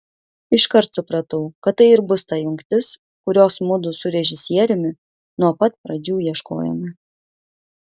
iškart supratau kad tai ir bus ta jungtis kurios mudu su režisieriumi nuo pat pradžių ieškojome